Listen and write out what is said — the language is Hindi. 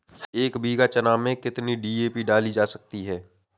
एक बीघा चना में कितनी डी.ए.पी डाली जा सकती है?